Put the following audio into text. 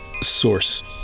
source